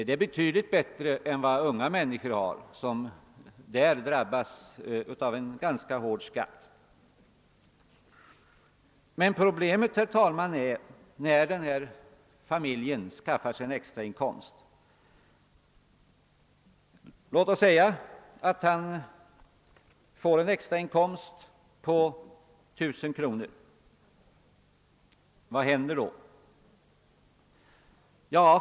Det är betydligt bättre än vad unga människor har som med en sådan inkomst drabbas av en ganska hård skatt. Men problemet uppkommer, herr talman, om denna pensionärsfamilj skaffar sig en extra inkomst. Låt oss säga att familjen får en extra inkomst på 1000 kr. Vad händer då?